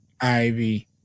Ivy